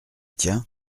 tiens